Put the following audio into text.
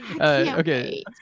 Okay